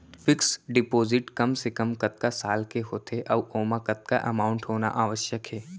Fix deposit कम से कम कतका साल के होथे ऊ ओमा कतका अमाउंट होना आवश्यक हे?